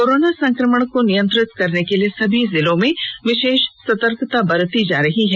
corona संक्रमण को नियंत्रित करने के लिए सभी जिलों में विशेष सतर्कता बरती जा रही है